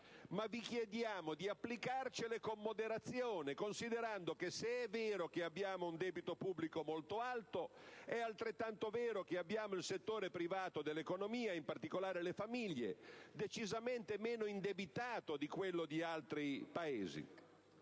ma vi chiediamo di applicarcele con moderazione considerando che, se è vero che abbiamo un debito pubblico molto alto, è altrettanto vero che il settore privato dell'economia (in particolare le famiglie) è decisamente meno indebitato rispetto a quello di altri Paesi.